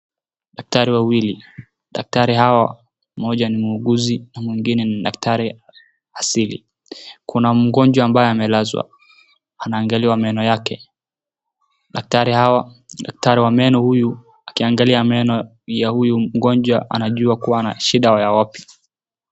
daktari wawili daktari hao moja ni muuguzi na mwingine ni daktari asili kuna mgonjwa mabaye amelazwa anaangaliwa meno yake daktari hao wa meno akiangalia meno ya huyu mgonjwa anajua akona shida ya wapi